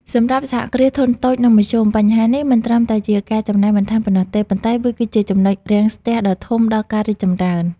សម្រាប់សហគ្រាសធុនតូច និងមធ្យម បញ្ហានេះមិនត្រឹមតែជាការចំណាយបន្ថែមប៉ុណ្ណោះទេ ប៉ុន្តែវាគឺជា "ចំណុចរាំងស្ទះ" ដ៏ធំដល់ការរីកចម្រើន។